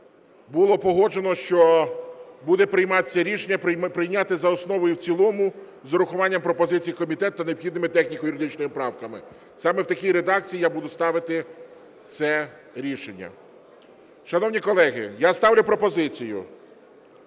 було погоджено, що буде прийматися рішення прийняти за основу і в цілому з урахуванням пропозицій комітету та необхідними техніко-юридичними правками. Саме в такій редакції я буду ставити це рішення. Шановні колеги, я ставлю пропозицію